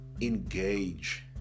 engage